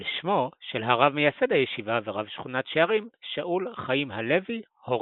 על שמו של הרב מייסד הישיבה ורב שכונת שערים שאול חיים הלוי הורוויץ.